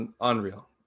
unreal